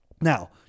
Now